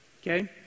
Okay